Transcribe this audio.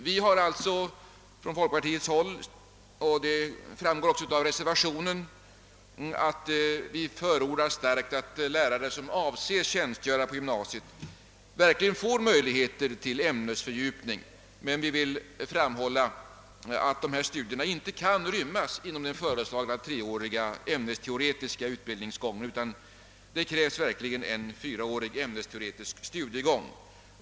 Från folkpartihåll förordas starkt, vilket också framgår av reservationen, att lärare som avser tjänstgöra på gymnasiet verkligen får möjligheter till ämnesfördjupning, men vi vill framhålla, att dessa studier inte ryms inom den föreslagna treåriga ämnesteoretiska utbildningsramen utan att det verkligen krävs fyra år.